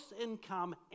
income